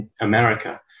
America